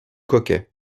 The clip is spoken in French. coquet